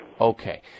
Okay